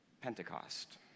Pentecost